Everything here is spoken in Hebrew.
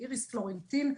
לאיריס פלורנטין,